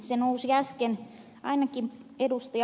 se nousi äsken ainakin ed